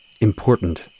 important